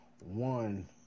one